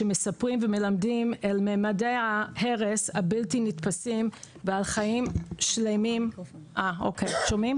שמספרים ומלמדים על ממדי ההרס הבלתי נתפשים ועל חיים שלמים שנמחקו,